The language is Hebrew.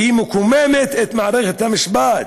והיא מקוממת את מערכת המשפט,